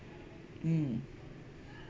mm